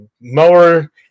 mower